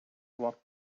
walked